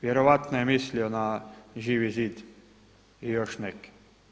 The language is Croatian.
Vjerojatno je mislio na Živi zid i još neke.